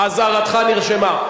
אזהרתך נרשמה.